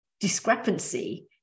discrepancy